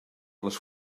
les